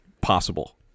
possible